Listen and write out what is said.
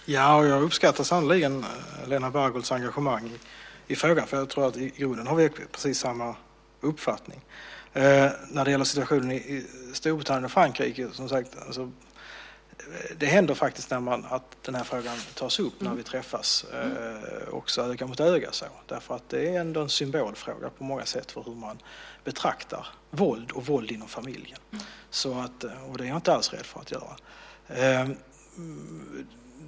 Fru talman! Jag uppskattar sannerligen Helena Bargholtz engagemang i frågan. I grunden tror jag att vi har precis samma uppfattning. När det gäller situationen i Storbritannien och Frankrike händer det faktiskt att den här frågan tas upp när vi träffas, också öga mot öga. Det är ändå på många sätt en symbolfråga hur man betraktar våld och våld inom familjen. Det är jag inte alls rädd för att göra.